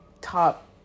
top